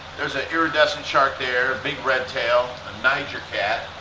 there's an iridescent shark there, a big redtail, a niger cat.